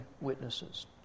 witnesses